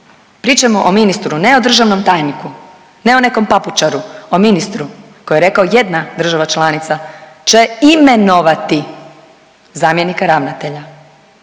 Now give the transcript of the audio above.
pričamo o ministru ne o državnom tajniku, ne o nekom papučaru, o ministru koji je rekao jedna država članica će imenovati zamjenika ravnatelja.